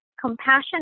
compassion